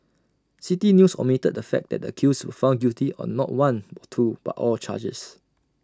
City News omitted the fact that the accused were found guilty on not one or two but all charges